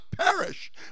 perish